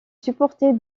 supporter